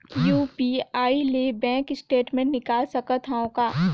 UPI ले bank statement निकाल सकत हवं का?